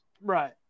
Right